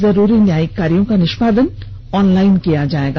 जरूरी न्यायिक कार्यों का निष्पादन ऑनलाइन किया जाएगा